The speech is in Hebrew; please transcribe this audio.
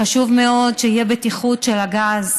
חשוב מאוד שתהיה בטיחות של הגז.